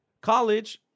college